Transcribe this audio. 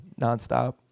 nonstop